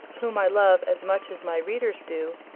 whom i love as much as my readers do,